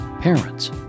parents